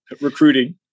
recruiting